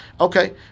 okay